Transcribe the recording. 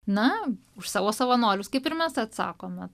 na už savo savanorius kaip ir mes atsakome